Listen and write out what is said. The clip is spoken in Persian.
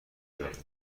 دارد